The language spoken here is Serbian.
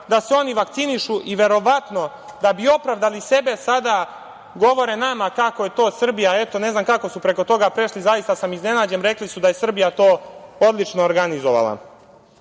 da se oni vakcinišu i verovatno da bi opravdali sebe, sada govore nama kako je to Srbija, ne znam kako su prešli preko toga zaista sam iznenađen, rekli su da je Srbija to odlično organizovala. Kao